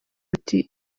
ati